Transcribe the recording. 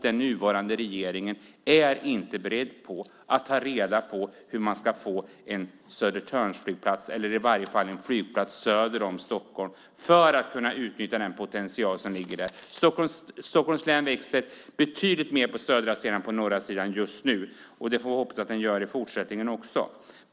Den nuvarande regeringen är inte beredd att ta reda på hur man ska få en flygplats på Södertörn eller i varje fall söder om Stockholm, så att man ska kunna utnyttja den potential som finns där. Stockholms län växer betydligt mer på den södra sidan än på den norra sidan just nu. Det får vi hoppas att det gör i fortsättningen också.